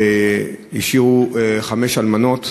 השאירו חמש אלמנות